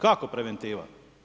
Kako preventiva?